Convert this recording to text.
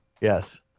Yes